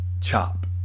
chop